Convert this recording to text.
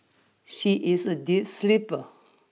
she is a deep sleeper